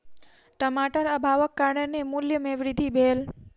टमाटर अभावक कारणेँ मूल्य में वृद्धि भेल